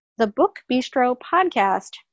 thebookbistropodcast